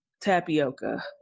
tapioca